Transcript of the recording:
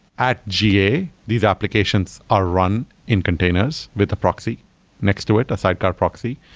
at ga, these applications are run in containers with a proxy next to it, a sidecar proxy.